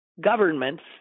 government's